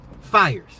fires